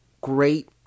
great